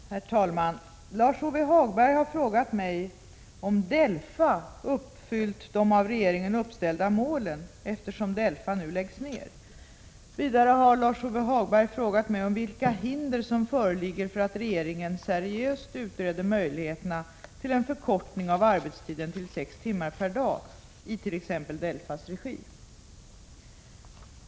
Herr talman! Lars-Ove Hagberg har frågat mig om DELFA uppfyllt de av regeringen uppställda målen, eftersom DELFA nu läggs ned. Vidare har Lars-Ove Hagberg frågat mig om vilka hinder som föreligger för att regeringen seriöst utreder möjligheterna till en förkortning av arbetstiden till sex timmar per dag i t.ex. DELFA:s regi.